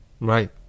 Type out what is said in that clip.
Right